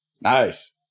nice